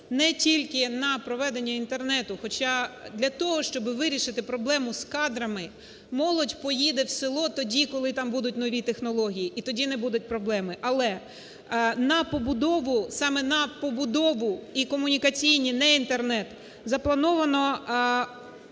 не тільки на проведення Інтернету. Хоча для того, щоб вирішити проблему з кадрами, молодь поїде в село тоді, коли там будуть нові технології, і тоді не будуть проблеми. Але на побудову, саме на побудову, і комунікаційні, не Інтернет, заплановано